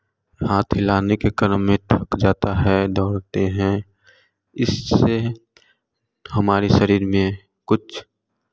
हाथ हिलाने के क्रम में थक जाता है दौड़ते हैं इससे हमारे शरीर में कुछ